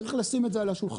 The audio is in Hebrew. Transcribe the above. צריך לשים את זה על השולחן.